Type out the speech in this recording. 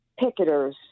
picketers